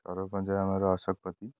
ସରପଞ୍ଚ ଆମର ଅଶୋକ ପତି